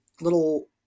little